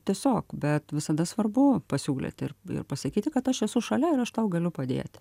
tiesiog bet visada svarbu pasiūlyt ir ir pasakyti kad aš esu šalia ir aš tau galiu padėti